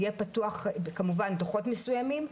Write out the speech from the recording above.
כמובן דוחות מסוימים,